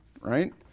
right